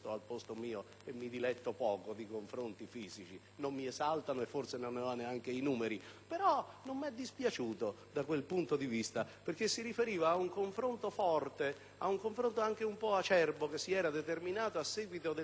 e mi diletto poco di confronti fisici; non mi esaltano e forse non ne ho neanche i numeri. Però non mi è dispiaciuto da quel punto di vista, perché si riferiva ad un confronto forte, anche un po' acerbo, che si era determinato a seguito dell'intervento